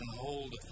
hold